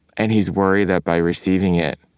and he's worried that by receiving it,